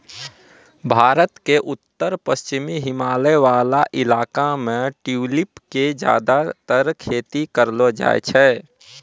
भारत के उत्तर पश्चिमी हिमालय वाला इलाका मॅ ट्यूलिप के ज्यादातर खेती करलो जाय छै